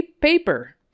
paper